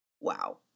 wow